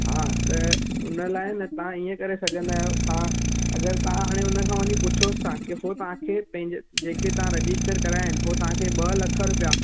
हा त उन लाइ तव्हां हीअं करे सघंदा आहियो तव्हां अगरि तव्हां हाणे हुन खां वञी पुछोसि तव्हां खे सो तव्हां खे पंहिंजे जंहिंखे तव्हां रजिस्टर कराया आहिनि उ तव्हां खे के ॿ लख रुपिया